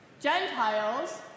Gentiles